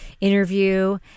interview